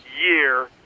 year